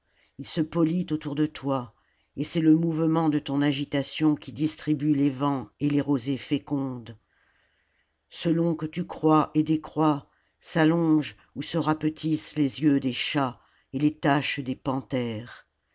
ii se polit autour de toi et c'est le mouvement de ton agitation qui distribue les vents et les rosées fécondes selon que tu croîs et décroîs s'allongent ou se rapetissent les yeux des chats et les taches des panthères